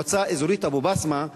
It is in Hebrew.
מועצה אזורית אבו-בסמה,